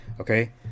okay